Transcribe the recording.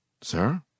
Sir